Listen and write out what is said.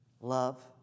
Love